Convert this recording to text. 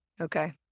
okay